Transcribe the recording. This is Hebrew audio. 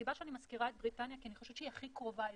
הסיבה שאני מזכירה את בריטניה היא כי אני חושבת שהיא הכי קרובה אלינו.